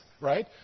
right